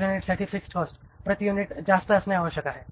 युनिट्ससाठी fixed cost प्रति unit जास्त असणे आवश्यक आहे